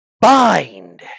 BIND